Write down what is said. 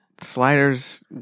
sliders